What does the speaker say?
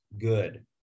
good